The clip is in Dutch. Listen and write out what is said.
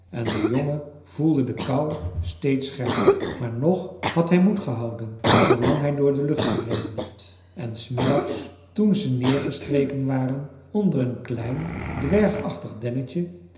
en de jongen voelde de kou steeds scherper maar nog had hij moed gehouden zoolang hij door de lucht gereden had en s middags toen ze neergestreken waren onder een klein dwergachtig dennetje